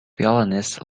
violinist